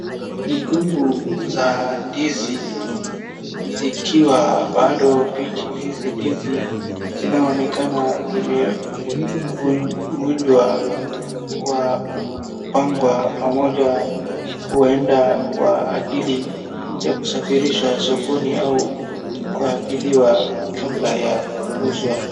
Mikungu za ndizi zikiwa bado mbichi. Hizi ndizi zinaonekana zimevunjwa kwa kupangwa pamoja, huenda kwa ajili ya kusafirishwa sokoni au kuhafidhiwa kabla ya kuuzwa.